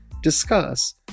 discuss